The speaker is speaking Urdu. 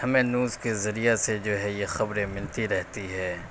ہمیں نوز کے ذریعہ سے جو ہے یہ خبریں ملتی رہتی ہے